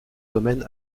domaine